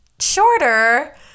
shorter